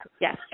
Yes